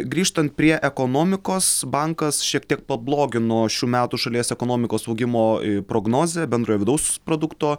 grįžtant prie ekonomikos bankas šiek tiek pablogino šių metų šalies ekonomikos augimo prognozę bendrojo vidaus produkto